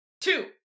Two